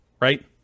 right